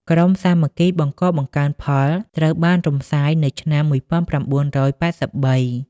ក្រុមសាមគ្គីបង្កបង្កើនផល ត្រូវបានរំសាយនៅឆ្នាំ១៩៨៣។